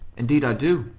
indeed i do,